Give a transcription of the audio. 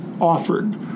offered